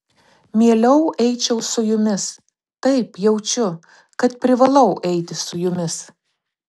mieliau eičiau su jumis taip jaučiu kad privalau eiti su jumis